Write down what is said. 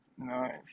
Nice